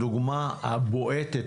שהדוגמה הבועטת,